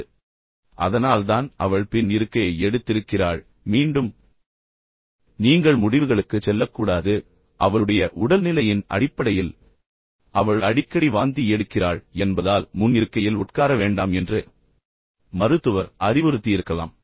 எனவே அதனால்தான் அவள் பின் இருக்கையை எடுத்திருக்கிறாள் ஆனால் மீண்டும் நீங்கள் முடிவுகளுக்குச் செல்லக்கூடாது அவளுடைய உடல்நிலையின் அடிப்படையில் அவள் அடிக்கடி வாந்தி எடுக்கிறாள் என்பதால் முன் இருக்கையில் உட்கார வேண்டாம் என்று மருத்துவர் அறிவுறுத்தியிருக்கலாம்